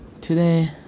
Today